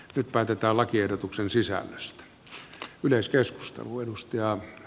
nyt päätetään lakiehdotuksen sisällöstä